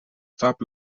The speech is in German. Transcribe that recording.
stop